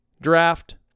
draft